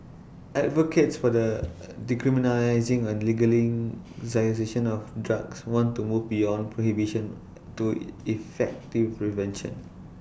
advocates for the decriminalising or of drugs want to move beyond prohibition to effective prevention